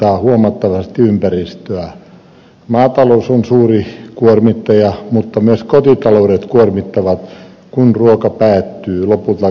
maatalous on suuri kuormittaja mutta myös kotitaloudet kuormittavat kun ruoka päätyy lopulta kaatopaikalle